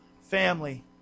family